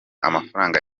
amafaranga